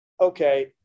okay